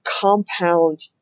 compound